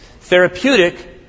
Therapeutic